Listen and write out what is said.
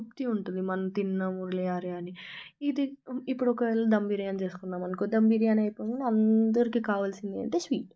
తృప్తి ఉంటుంది మనం తిన్నాంలే అరే అని ఇది ఇప్పుడు ఒకవేళ ధమ్ బిర్యానీ తీసుకున్నాం అనుకో ధమ్ బిర్యానీ అయిపోగానే అందరికీ కావలసింది ఏమిటంటే స్వీట్స్